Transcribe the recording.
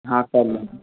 हाँ कर लेंगे